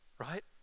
right